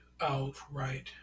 outright